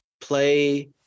play